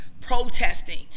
protesting